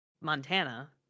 Montana